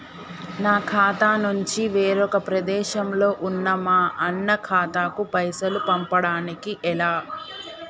నా ఖాతా నుంచి వేరొక ప్రదేశంలో ఉన్న మా అన్న ఖాతాకు పైసలు పంపడానికి ఎలా?